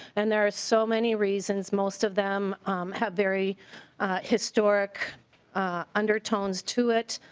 and there are so many reasons most of them have very historic undertones to it